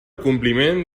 compliment